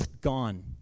gone